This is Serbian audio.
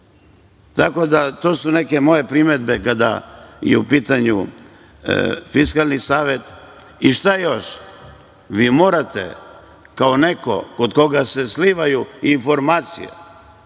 da, to su neke moje primedbe kada je u pitanju Fiskalni savet. Šta još, vi morate, kao neko kod koga se slivaju informacije,